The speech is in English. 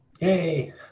Yay